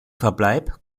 verbleib